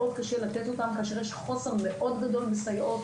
מאוד קשה לתת אותם כאשר יש חוסר גדול מאוד בסייעות,